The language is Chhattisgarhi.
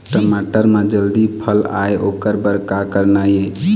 टमाटर म जल्दी फल आय ओकर बर का करना ये?